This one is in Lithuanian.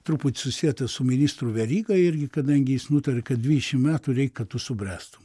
truputį susietas su ministru veryga irgi kadangi jis nutarė kad dvidešimt metų reik kad subręstų